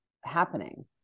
happening